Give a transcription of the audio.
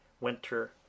Winter